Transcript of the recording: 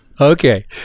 Okay